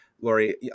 Lori